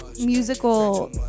musical